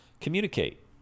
communicate